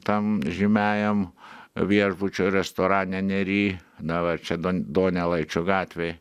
tam žymiajam viešbučio restorane nery na va čia donelaičio gatvėj